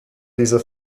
diese